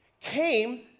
came